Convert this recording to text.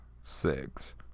six